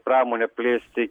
pramonę plėsti